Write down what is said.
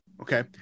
Okay